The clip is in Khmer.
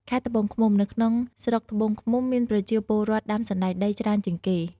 ខេត្តត្បូងឃ្មុំ នៅក្នុងស្រុកត្បូងឃ្មុំ មានប្រជាពលរដ្ឋដាំសណ្តែកដីច្រើនជាងគេ។